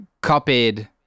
copied